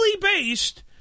based